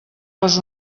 les